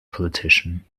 politician